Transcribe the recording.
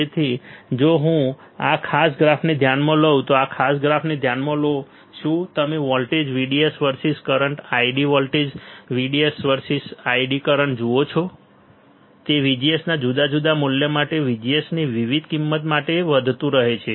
તેથી જો હું આ ખાસ ગ્રાફને ધ્યાનમાં લઉં તો આ ખાસ ગ્રાફને ધ્યાનમાં લો શું તમે voltage VDS versus current ID voltage VDS versus current ID જુઓ છો તે VGS ના જુદા જુદા મૂલ્ય માટે VGS ની વિવિધ કિંમત માટે વધતું રહે છે